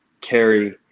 carry